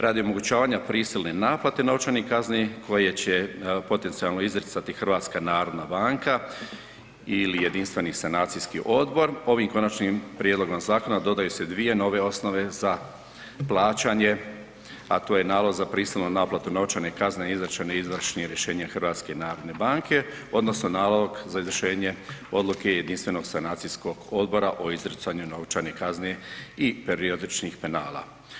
Radi omogućavanja prisilne naplate novčanih kazni koje će potencijalno izricati HNB ili jedinstveni sanacijski odbor ovim konačnim prijedlogom zakona dodaju se dvije nove osnove za plaćanja, a to je nalog za prisilnu naplatu novčane kazne izrečene izvršnim rješenjem HNB-a odnosno nalog za izvršenje odluke jedinstvenog sanacijskog odbora o izricanju novčane kazne i periodičnih penala.